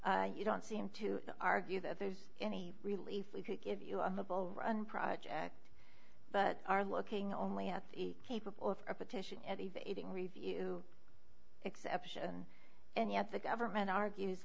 you don't seem to argue that there's any relief we could give you on the bull run project but are looking only at capable of repetition and evading review exception and yet the government argues